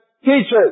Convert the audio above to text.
teachers